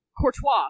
Courtois